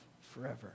forever